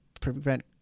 prevent